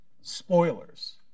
spoilers